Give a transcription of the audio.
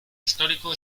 histórico